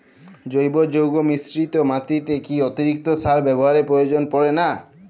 জৈব যৌগ মিশ্রিত মাটিতে কি অতিরিক্ত সার ব্যবহারের প্রয়োজন পড়ে না?